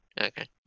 Okay